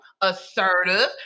assertive